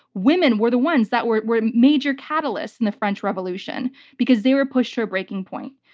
women were the ones that were were major catalysts in the french revolution because they were pushed to a breaking point.